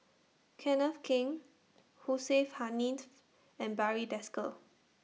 Kenneth Keng Hussein and Barry Desker